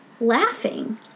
laughing